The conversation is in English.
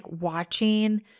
watching